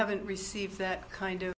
haven't received that kind of